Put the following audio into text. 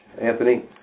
Anthony